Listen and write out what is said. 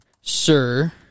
Sir